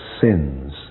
sins